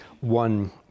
one